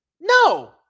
no